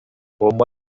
бомба